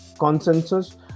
Consensus